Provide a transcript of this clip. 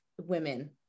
women